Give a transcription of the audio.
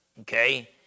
okay